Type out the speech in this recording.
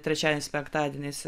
trečiadieniais penktadieniais